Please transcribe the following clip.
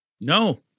No